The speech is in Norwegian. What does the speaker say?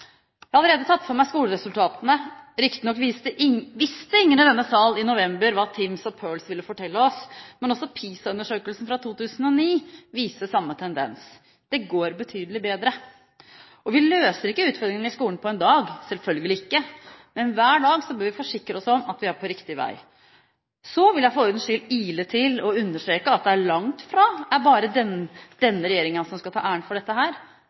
Jeg har allerede tatt for meg skoleresultatene. Riktignok visste ingen i denne sal i november hva TIMSS og PIRLS ville fortelle oss. Men også PISA-undersøkelsen fra 2009 viste samme tendens: Det går betydelig bedre. Vi løser ikke utfordringene i skolen på én dag, selvfølgelig ikke, men hver dag bør vi forsikre oss om at vi er på riktig vei. Så vil jeg for ordens skyld ile til og understreke at det langt fra bare er denne regjeringen som skal ha æren for dette,